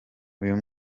uyu